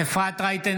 בהצבעה אפרת רייטן